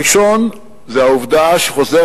הראשון הוא העובדה שחוזרת,